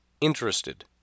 interested